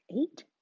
eight